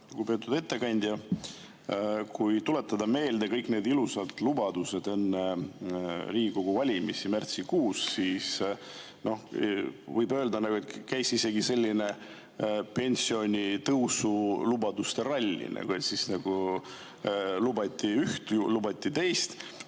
Kui tuletada meelde kõik need ilusad lubadused enne Riigikogu valimisi märtsikuus, siis võib öelda, et käis isegi pensionitõusu lubaduste ralli. Lubati ühte ja lubati teist.